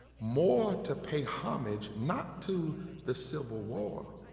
more to pay homage not to the civil war,